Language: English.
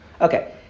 Okay